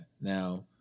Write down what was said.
Now